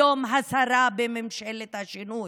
היום שרה בממשלת השינוי.